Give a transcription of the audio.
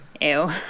Ew